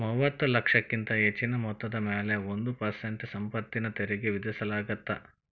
ಮೂವತ್ತ ಲಕ್ಷಕ್ಕಿಂತ ಹೆಚ್ಚಿನ ಮೊತ್ತದ ಮ್ಯಾಲೆ ಒಂದ್ ಪರ್ಸೆಂಟ್ ಸಂಪತ್ತಿನ ತೆರಿಗಿ ವಿಧಿಸಲಾಗತ್ತ